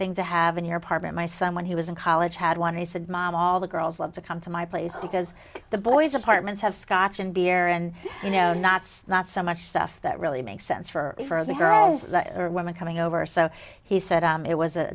thing to have in your apartment my son when he was in college had one he said mom all the girls love to come to my place because the boys apartments have scotch and beer and you know not not so much stuff that really makes sense for her as a woman coming over so he said it was